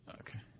Okay